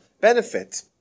benefit